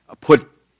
put